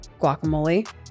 Guacamole